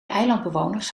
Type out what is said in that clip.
eilandbewoners